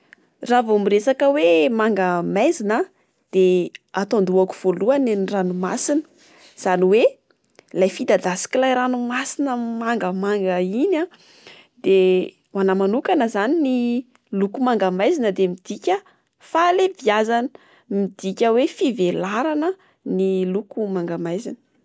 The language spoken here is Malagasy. Raha vao miresaka hoe manga maizina dia ato andohako voalohany ny ranomasina. Izany hoe ilay fidadasik'ilay ranomasina mangamanga iny a. De ho anà manokana izany ny loko manga maizina dia midika falebiazana. Midika hoe fivelarana ny loko manga maizina.